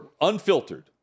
unfiltered